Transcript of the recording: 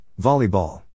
Volleyball